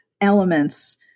elements